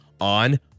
on